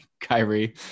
Kyrie